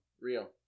Real